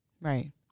Right